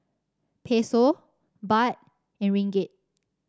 Peso Baht and Ringgit